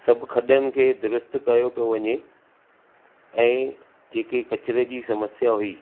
सभु खॾनि खे दुरुस्त कयो पियो वञे ऐं जेकी कचरे जी समस्या हुई